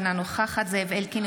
אינה נוכחת זאב אלקין,